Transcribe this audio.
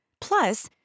Plus